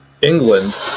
England